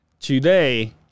Today